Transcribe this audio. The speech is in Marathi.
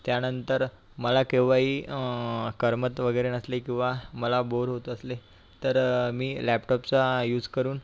त्यानंतर मला केव्हाही करमत वगैरे नसले किंवा मला बोर होत असले तर मी लॅपटॉपचा युज करून